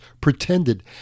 pretended